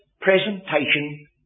presentation